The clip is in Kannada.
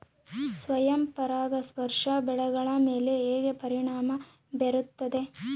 ಸ್ವಯಂ ಪರಾಗಸ್ಪರ್ಶ ಬೆಳೆಗಳ ಮೇಲೆ ಹೇಗೆ ಪರಿಣಾಮ ಬೇರುತ್ತದೆ?